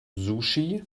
sushi